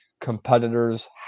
competitors